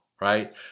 right